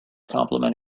compliment